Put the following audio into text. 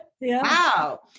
Wow